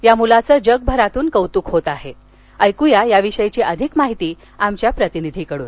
या मुलांचं जगभरातून कौतुक होत आहे ऐकूया याविषयी आधिक माहिती आमच्या प्रतिनिधीकडून